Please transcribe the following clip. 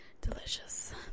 Delicious